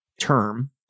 term